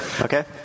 Okay